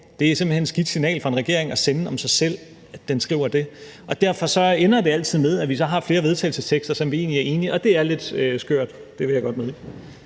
hen et skidt signal fra en regering at sende om sig selv, at den skriver det. Derfor ender det altid med, at vi så har flere vedtagelsestekster, selv om vi egentlig er enige, og det er lidt skørt. Det vil jeg godt medgive.